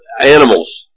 animals